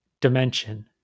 dimension